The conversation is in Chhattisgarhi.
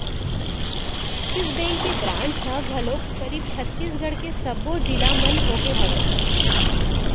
ऐक्सिस बेंक के ब्रांच ह घलोक करीब छत्तीसगढ़ के सब्बो जिला मन होगे हवय